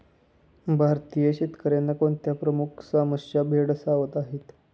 भारतीय शेतकऱ्यांना कोणत्या प्रमुख समस्या भेडसावत आहेत?